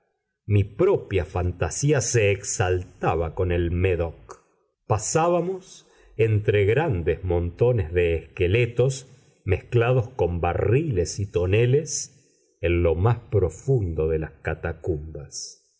mi propia fantasía se exaltaba con el médoc pasábamos entre grandes montones de esqueletos mezclados con barriles y toneles en lo más profundo de las catacumbas